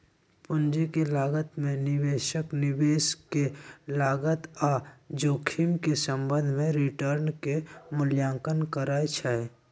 पूंजी के लागत में निवेशक निवेश के लागत आऽ जोखिम के संबंध में रिटर्न के मूल्यांकन करइ छइ